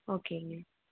ஓகேங்க